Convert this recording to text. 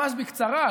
ממש בקצרה,